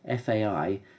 FAI